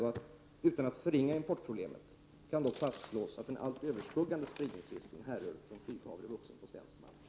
Utan att förringa importproblemet fastslår man att den allt överskuggande spridningsrisken härrör från flyghavre, vuxen på svensk mark.